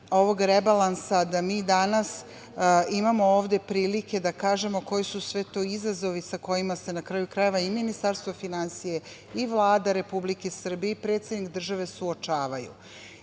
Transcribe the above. ovog rebalansa, da mi danas imamo ovde prilike da kažemo koji su sve to izazovi sa kojima se na kraju krajeva i Ministarstvo finansija i Vlada Republike Srbije i predsednik države suočavaju. Jer,